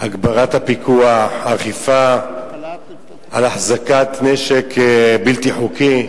הגברת הפיקוח, אכיפה, על החזקת נשק בלתי חוקי,